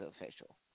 official